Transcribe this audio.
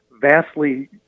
vastly